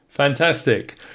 Fantastic